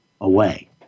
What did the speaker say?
away